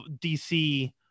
DC